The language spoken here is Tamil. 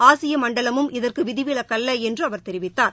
ஆசிய மண்டலமும் இதற்கு விதிவிலக்கல்ல என்று அவர் தெரிவித்தார்